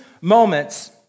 moments